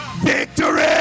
Victory